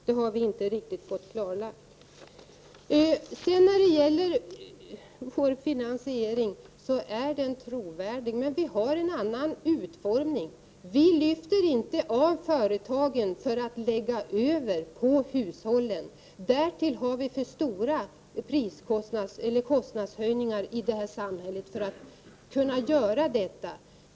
Det har vi inte riktigt fått klarlagt. Vår finansiering är trovärdig, men vi har en annan utformning. Vi lyfter inte av från företagen för att lägga över på hushållen. Kostnadshöjningarna i det här samhället är för stora för att man skulle kunna göra det.